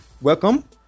Welcome